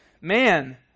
Man